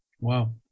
Wow